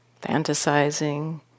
fantasizing